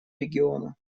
региона